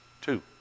Two